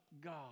God